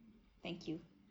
thank you